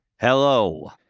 Hello